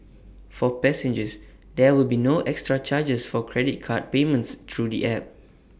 for passengers there will be no extra charges for credit card payments through the app